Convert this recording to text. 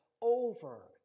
over